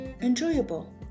enjoyable